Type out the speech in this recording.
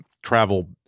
Travel